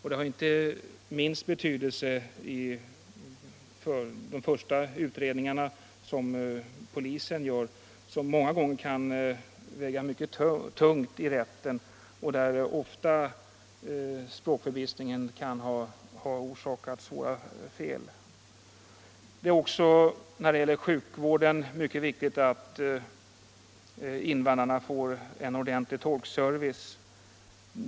Detta har inte minst betydelse för de första utredningarna, som polisen gör, och som många gånger kan väga mycket tungt i rätten och där språkförbistringen kan orsaka svåra felslut. Också när det gäller sjukvården är det mycket viktigt att invandrarna får en ordentlig tolkservice.